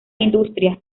industria